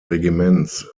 regiments